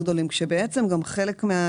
של ועדת החינוך כשהיא בוחנת תכניות הימורים,